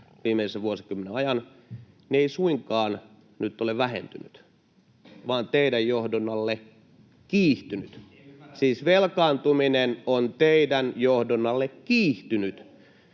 viimeisen vuosikymmenen ajan, ei suinkaan nyt ole vähentynyt vaan teidän johdollanne kiihtynyt. Siis velkaantuminen on teidän johdollanne kiihtynyt.